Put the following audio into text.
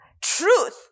truth